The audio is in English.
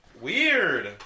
Weird